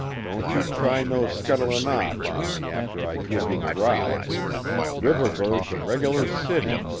don't you try no scuttlin' off on me after i give you the ride riverburgh's a reg'lar city,